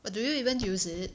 but do you even use it